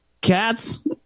cats